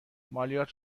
مالیات